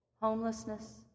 homelessness